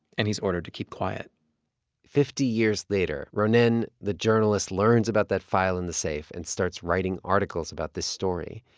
and he's ordered to keep quiet fifty years later, ronen the journalist learns about that file in the safe and starts writing articles about this story.